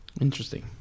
Interesting